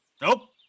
Nope